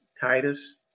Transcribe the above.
Titus